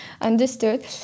Understood